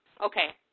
Okay